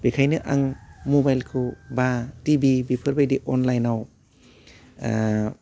बेखायनो आं मबाइलखौ बा टिभि बेफोरबायदि अनलाइनाव ओह